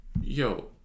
Yo